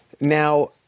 Now